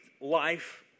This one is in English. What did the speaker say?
life